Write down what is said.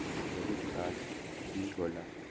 Debit card की होला?